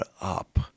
up